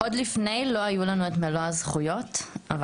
עוד לפני לא היו לנו את מלוא הזכויות אבל